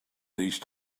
these